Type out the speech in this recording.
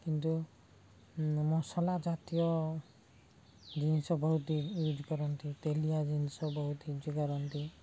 କିନ୍ତୁ ମସଲା ଜାତୀୟ ଜିନିଷ ବହୁତ ୟୁଜ୍ କରନ୍ତି ତେଲିଆ ଜିନିଷ ବହୁତ ୟୁଜ୍ କରନ୍ତି